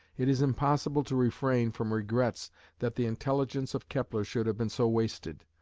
it is impossible to refrain from regrets that the intelligence of kepler should have been so wasted,